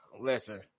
Listen